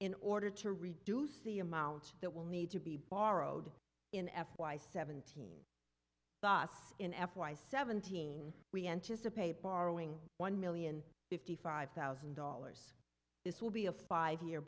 in order to reduce the amount that will need to be borrowed in f y seventeen boss in f y seventeen we anticipate borrowing one million fifty five thousand dollars this will be a five year